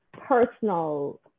personal